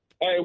Hey